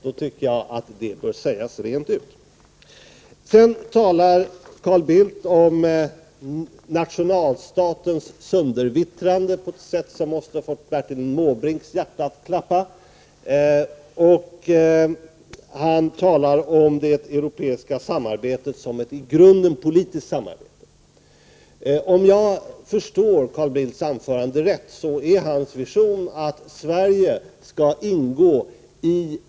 Då tycker jag att det bör sägas rent ut. Sedan talade Carl Bildt om nationalstatens söndervittrande på ett sätt som måste ha fått Bertil Måbrinks hjärta att klappa fortare. Han talade om det europeiska samarbetet som ett i grunden politiskt samarbete. Om jag förstod Carl Bildts anförande rätt är hans vision att Sverige skall ingå i en Prot.